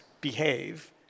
behave